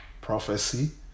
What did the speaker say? prophecy